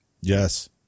Yes